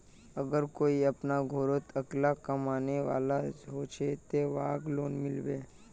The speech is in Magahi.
अगर कोई अपना घोरोत अकेला कमाने वाला होचे ते वहाक लोन मिलबे?